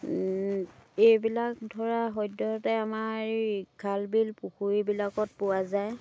এইবিলাক ধৰা সদ্যহতে আমাৰ এই খাল বিল পুখুৰিবিলাকত পোৱা যায়